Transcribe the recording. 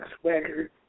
Swagger